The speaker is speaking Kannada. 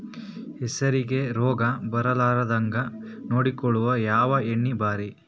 ಹೆಸರಿಗಿ ರೋಗ ಬರಲಾರದಂಗ ನೊಡಕೊಳುಕ ಯಾವ ಎಣ್ಣಿ ಭಾರಿ?